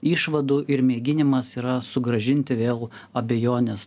išvadų ir mėginimas yra sugrąžinti vėl abejonės